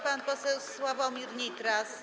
Pan poseł Sławomir Nitras.